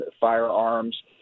firearms